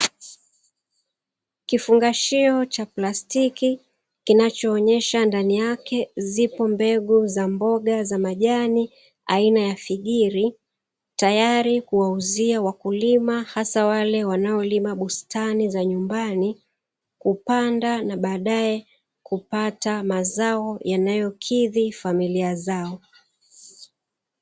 Kifungashio cha plastiki kinachoonyesha ndani yake zipo mbegu za mboga za majani aina ya figiri tayari kuwauzia wakulima hasa wale wanaolima bustani za nyumbani kupanda na baadae kupata mazao yanayokidhi familia zao.